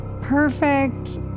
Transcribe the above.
perfect